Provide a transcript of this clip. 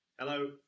Hello